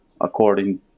according